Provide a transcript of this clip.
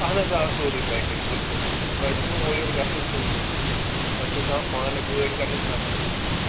اَہَن حظ آ سورٕے پٮ۪کیج بِلکُل بِلکُل تۄہہِ چھُو نہٕ اورٕ یورٕ گژھنٕچ کُنہِ ضوٚرتھٕے نہ چھُو کانٛہہ پانہٕ گٲڑۍ کَرنٕچ نہ کانٛہہ چیٖز حظ